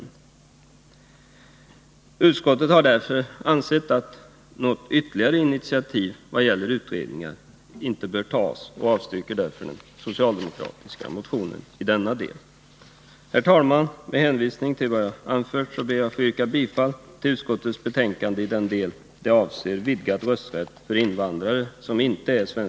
Utskottet har ansett att något ytterligare initiativ vad gäller utredningar inte bör tas och avstyrker därför den socialdemokratiska motionen i denna del. Herr talman! Med hänvisning till vad jag anfört ber jag att få yrka bifall till